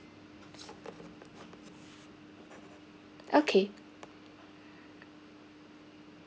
okay